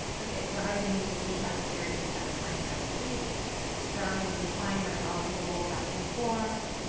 okay. so we're hugging our knees into the chest here, just kind of finding that sweet rounding of the spine. you might rock a little back and forth,